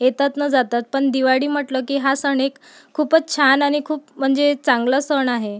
येतात न जातात पण दिवाळी म्हटलं की हा सण एक खूपच छान आणि खूप म्हणजे चांगला सण आहे